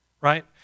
right